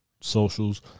socials